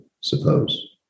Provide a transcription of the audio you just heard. suppose